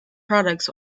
products